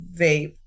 vape